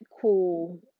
cool